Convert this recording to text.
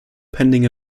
pending